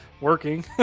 working